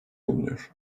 bulunuyor